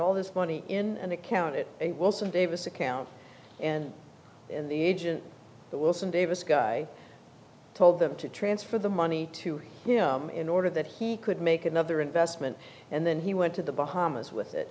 all this money in an account it also davis account and in the agent wilson davis guy told them to transfer the money to him in order that he could make another investment and then he went to the bahamas with it